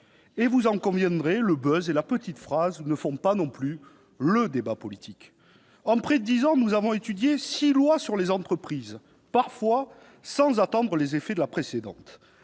et, vous en conviendrez, le buzz et la petite phrase ne font pas le débat politique. En près de dix ans, nous avons étudié six lois sur les entreprises, parfois sans attendre les effets de la précédente.